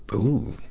ooooh!